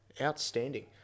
Outstanding